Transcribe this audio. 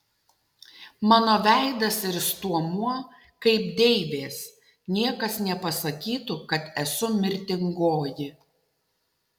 mano veidas ir stuomuo kaip deivės niekas nepasakytų kad esu mirtingoji